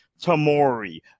Tamori